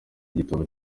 igitabo